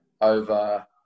over